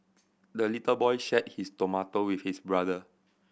the little boy shared his tomato with his brother